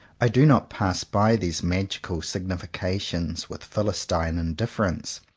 i do not pass by these magical significations with philistine indifference.